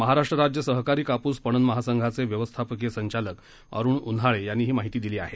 महाराष्ट्र राज्य सहकारी कापूस पणन महासंघाचे व्यवस्थापकीय संचालक अरुण उन्हाळे यांनी ही माहिती दिली आहे